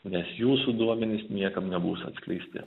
nes jūsų duomenys niekam nebus atskleisti